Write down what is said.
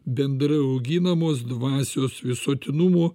bendrai auginamos dvasios visuotinumu